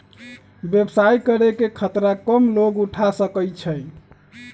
व्यवसाय करे के खतरा कम लोग उठा सकै छै